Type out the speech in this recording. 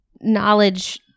knowledge